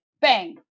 bang